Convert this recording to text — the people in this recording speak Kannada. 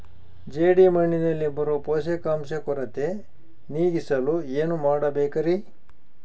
ಜೇಡಿಮಣ್ಣಿನಲ್ಲಿ ಬರೋ ಪೋಷಕಾಂಶ ಕೊರತೆ ನೇಗಿಸಲು ಏನು ಮಾಡಬೇಕರಿ?